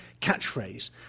catchphrase